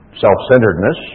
self-centeredness